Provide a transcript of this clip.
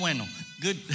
Good